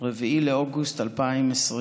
4 באוגוסט 2020,